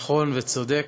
נכון וצודק.